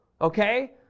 okay